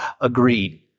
Agreed